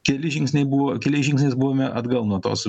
keli žingsniai buvo keliais žingsniais buvome atgal nuo tos